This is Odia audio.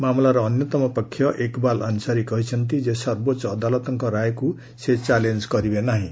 ମାମଲାର ଅନ୍ୟତମ ପକ୍ଷ ଇକବାଲ ଅନ୍ସାରୀ କହିଛନ୍ତି ଯେ ସର୍ବୋଚ୍ଚ ଅଦାଲତଙ୍କ ରାୟକୁ ସେ ଚାଲେଞ୍ଜ କରିବେ ନାହିଁ